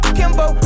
kimbo